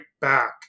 back